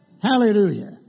Hallelujah